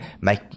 make